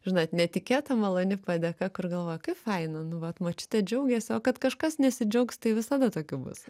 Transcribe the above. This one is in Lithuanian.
žinot netikėta maloni padėka kur galvojau kaip faina nu vat močiutė džiaugiasi o kad kažkas nesidžiaugs tai visada tokių bus